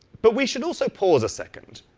but we should also pause a second,